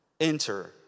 enter